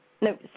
No